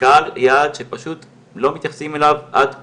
קהל יעד שפשוט לא מתייחסים אליו עד כה,